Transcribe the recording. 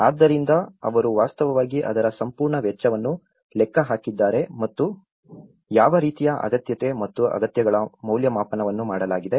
ಆದ್ದರಿಂದ ಅವರು ವಾಸ್ತವವಾಗಿ ಅದರ ಸಂಪೂರ್ಣ ವೆಚ್ಚವನ್ನು ಲೆಕ್ಕ ಹಾಕಿದ್ದಾರೆ ಮತ್ತು ಯಾವ ರೀತಿಯ ಅಗತ್ಯತೆ ಮತ್ತು ಅಗತ್ಯಗಳ ಮೌಲ್ಯಮಾಪನವನ್ನು ಮಾಡಲಾಗಿದೆ